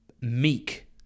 meek